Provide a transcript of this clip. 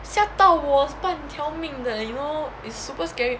吓到我半条命的 you know it's super scary